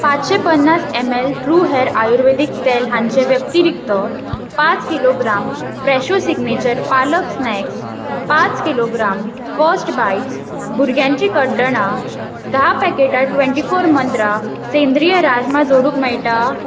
पांचशे पन्नास M L true hair ayurvedic तेल हांचे व्यतिरीक्त पांच kilogram Fresho signature palak snacks पांच किलो ग्राम फर्स्ट बाईट्स भुरग्यांची कड्डणां धा पॅकेटां ट्वेन्टी फोर मंत्रा सेंद्रीय राजमा जोडूंक मेळटा